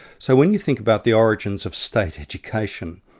so when you think about the origins of state education,